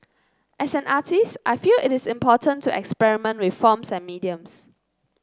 as an artist I feel it is important to experiment with forms and mediums